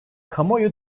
kamuoyu